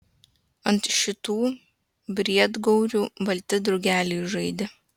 ant šitų briedgaurių balti drugeliai žaidė